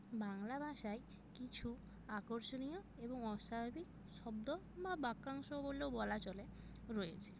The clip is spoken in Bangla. বাংলা ভাষায় কিছু আকর্ষণীয় এবং অস্বাভাবিক শব্দ বা বাক্যাংশ বললেও বলা চলে রয়েছে